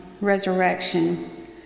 resurrection